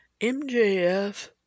MJF